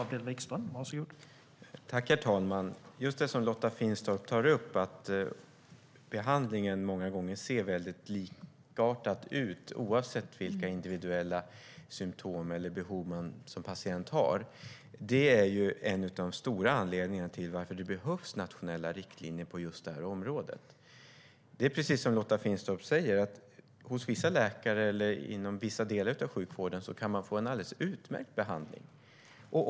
Herr talman! Lotta Finstorp tar upp att behandlingen många gånger ser väldigt likartad ut oavsett vilka individuella symtom eller behov man som patient har. Det är en av de stora anledningarna till att det behövs nationella riktlinjer på området. Det är precis som Lotta Finstorp säger. Hos vissa läkare eller inom vissa delar av sjukvården kan man få en alldeles utmärkt behandling.